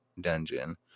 dungeon